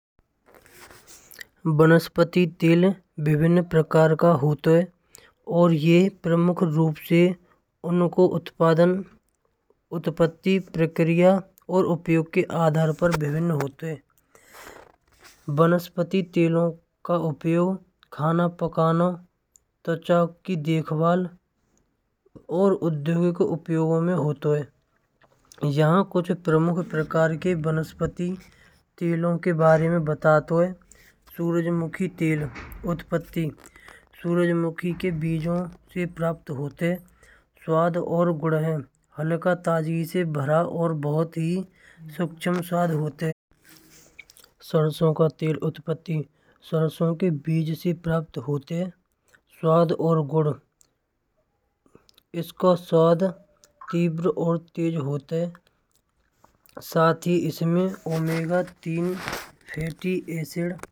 वनस्पति तैल विभिन्न प्रकार का होतौ हय। और यह प्रमुख रूप सै उनाकौ उत्पादन उत्पत्ति प्रक्रिया अउर उपयोग कै आधार पै विभिन्न होतै हय। वनस्पति तैलौं का उपयोग खाना पाकन त्वच की देखभाल अउर उद्योग मँ होतौ हय। यहाँ कुछ प्रमुख प्रकार के वनस्पति तैलौं के बारे मँ बतातौ हय। सूरजमुखी तैल उत्पत्ति सूरजमुखी के बीज सै प्राप्त होतौ हय। स्वाद अउर गु़ड़हल का ताज़गी से भरौ होतौ हय। और बहुत ही सूक्ष्म होतै सरसों का तैल उत्पत्ति सरसों के बीज सै प्राप्त होतौ हय। स्वाद अउर गंध इसाकौ स्वाद तीव्र अउर तेज होतौ घास। साथ ही इसामै ओमेगा तीन, फाइटी एसिड होत हय।